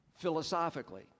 Philosophically